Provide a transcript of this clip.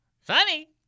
Funny